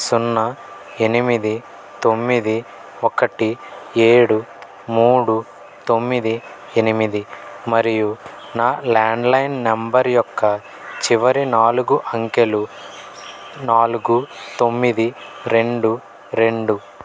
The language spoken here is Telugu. సున్నా ఎనిమిది తొమ్మిది ఒకటి ఏడు మూడు తొమ్మిది ఎనిమిది మరియు నా ల్యాండ్లైన్ నంబర్ యొక్క చివరి నాలుగు అంకెలు నాలుగు తొమ్మిది రెండు రెండు